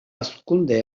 hazkunde